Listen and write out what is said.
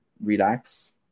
relax